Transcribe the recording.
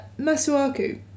Masuaku